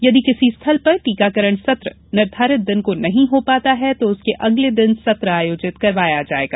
यदि किसी स्थल पर टीकाकरण सत्र निर्धारित दिन को नहीं हो पाता है तो उसके अगले दिन सत्र आयोजित करवाया जायेगा